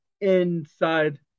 inside